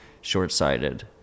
short-sighted